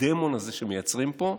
הדמון הזה שמייצרים פה,